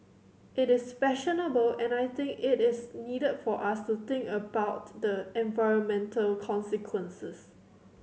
it is fashionable and I think it is needed for us to think about the environmental consequences